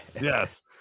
Yes